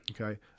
Okay